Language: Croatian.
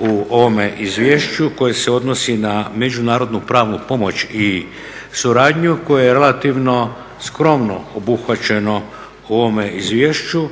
u ovome izvješću koje se odnosi na međunarodnu pravnu pomoć i suradnju koje je relativno skromno obuhvaćeno u ovome izvješću.